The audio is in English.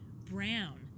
Brown